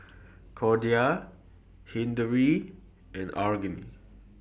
Corda Hilary and Aggie